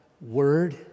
word